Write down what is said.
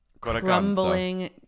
Crumbling